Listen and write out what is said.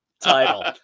title